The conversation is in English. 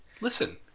Listen